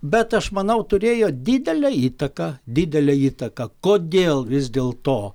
bet aš manau turėjo didelę įtaką didelę įtaką kodėl vis dėlto